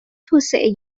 توسعه